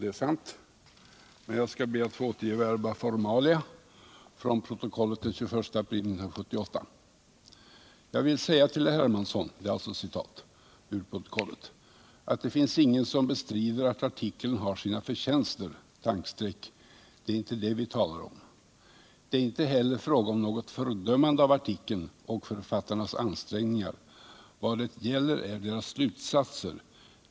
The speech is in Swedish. Det är sant, men jag skall be att få återge verba formalia från protokollet av den 21 april 1978: ”Jag vill säga till herr Hermansson att det finns ingen som bestrider att artikeln har sina förtjänster — det är inte det vi talar om. Det är inte heller fråga om något fördömande av artikeln och författarnas ansträngningar. Vad det gäller är deras slutsatser.